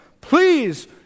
please